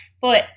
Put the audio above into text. foot